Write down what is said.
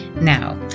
Now